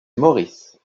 maurice